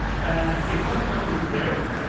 ah, it wasn't only there,